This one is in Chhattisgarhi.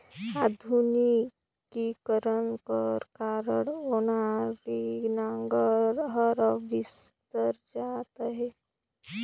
आधुनिकीकरन कर कारन ओनारी नांगर हर अब बिसरत जात अहे